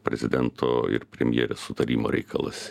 prezidento ir premjerės sutarimo reikalas